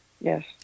Yes